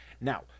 Now